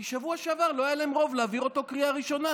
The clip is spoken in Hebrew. כי בשבוע שעבר לא היה להם רוב להעביר אותו בקריאה ראשונה,